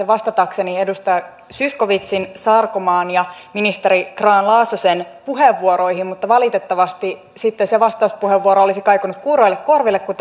vastatakseni edustaja zyskowiczin sarkomaan ja ministeri grahn laasosen puheenvuoroihin mutta valitettavasti sitten se vastauspuheenvuoro olisi kaikunut kuuroille korville kun